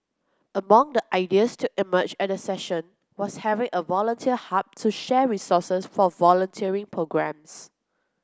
among the ideas to emerge at the session was having a volunteer hub to share resources for volunteering programmes